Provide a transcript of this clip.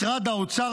משרד האוצר,